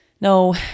no